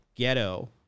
ghetto